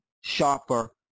sharper